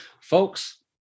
Folks